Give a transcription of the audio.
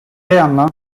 yandan